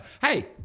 hey